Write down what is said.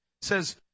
says